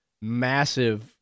massive